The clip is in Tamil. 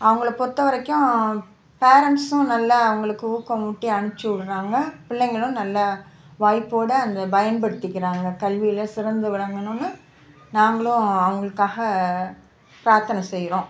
அவங்கள பொறுத்த வரைக்கும் பேரன்ட்ஸும் நல்லா அவங்களுக்கு ஊக்கம் ஊட்டி அனுப்ச்சிவிட்றாங்க பிள்ளைங்களும் நல்லா வாய்ப்போட அந்த பயன்படுத்திக்கிறாங்க கல்வியில் சிறந்து விளங்கணுன்னு நாங்களும் அவங்களுக்காக பிராத்தனை செய்யறோம்